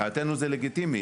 מבחינתנו זה לגיטימי.